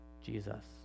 Jesus